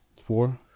Four